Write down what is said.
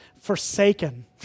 forsaken